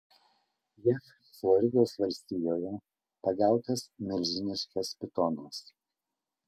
jav floridos valstijoje pagautas milžiniškas pitonas